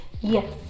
Yes